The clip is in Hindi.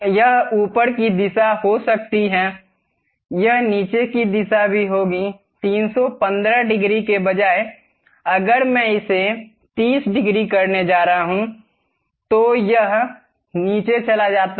यह ऊपर की दिशा हो सकती है यह नीचे की दिशा भी होगी 315 डिग्री के बजाय अगर मैं इसे 30 डिग्री करने जा रहा हूं तो यह नीचे चला जाता है